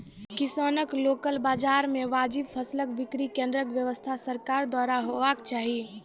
किसानक लोकल बाजार मे वाजिब फसलक बिक्री केन्द्रक व्यवस्था सरकारक द्वारा हेवाक चाही?